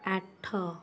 ଆଠ